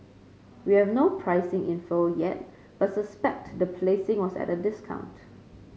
we have no pricing info yet but suspect the placing was at a discount